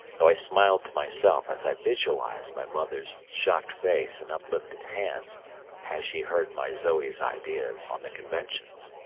though i smiled to myself as i visualized my mother's shocked face and uplifted hands had she heard my zoe's ideas on the conventions.